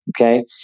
okay